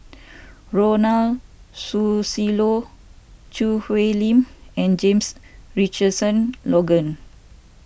Ronald Susilo Choo Hwee Lim and James Richardson Logan